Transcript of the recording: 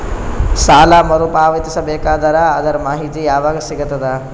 ಸಾಲ ಮರು ಪಾವತಿಸಬೇಕಾದರ ಅದರ್ ಮಾಹಿತಿ ಯವಾಗ ಸಿಗತದ?